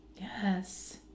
Yes